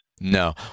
No